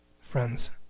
Friends